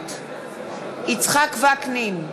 נוכחת יצחק וקנין,